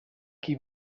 qui